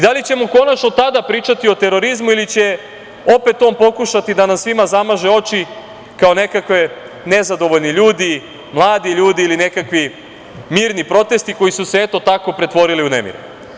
Da li ćemo konačno tada pričati o terorizmu ili će opet on pokušati da nam svima zamaže oči kao nekakvi nezadovoljni ljudi, mladi ljudi ili nekakvi mirni protesti koji su se eto tako pretvorili u nemire?